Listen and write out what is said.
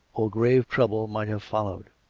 or grave trouble might have followed.